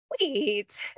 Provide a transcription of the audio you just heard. wait